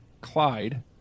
Clyde